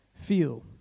feel